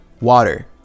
water